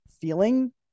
feeling